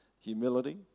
Humility